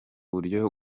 buryo